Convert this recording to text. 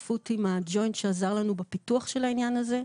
בשיתוף עם הג׳וינט שעזר לנו בפיתוח של העניין הזה,